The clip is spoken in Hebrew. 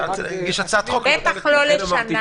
יש הצעת חוק --- בטח לא לשנה.